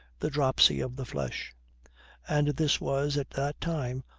the dropsy of the flesh and this was, at that time,